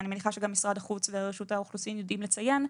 משרד החוץ ורשות האוכלוסין יודעים לציין,